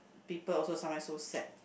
people also sometime so sad